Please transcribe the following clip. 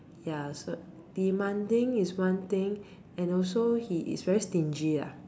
ya so demanding is one thing and also he is very stingy lah